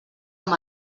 amb